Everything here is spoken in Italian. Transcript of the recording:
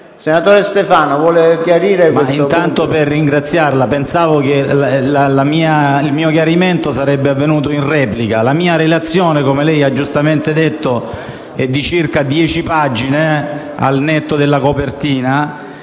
senatore Stefano a chiarire questo punto.